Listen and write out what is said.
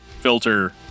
Filter